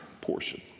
portion